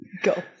Go